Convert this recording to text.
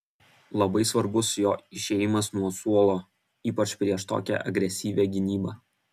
labai svarbus jo išėjimas nuo suolo ypač prieš tokią agresyvią gynybą